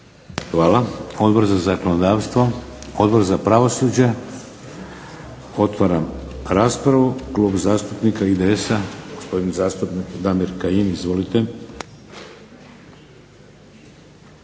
Hvala. Odbor za zakonodavstvo? Odbor za pravosuđe? Otvaram raspravu. Klub zastupnika IDS-a, gospodin zastupnik Damir Kajin. Izvolite.